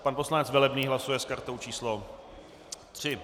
Pan poslanec Velebný hlasuje s kartou číslo 3.